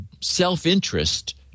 self-interest